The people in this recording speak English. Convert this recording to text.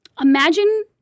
imagine